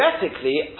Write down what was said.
Theoretically